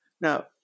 Now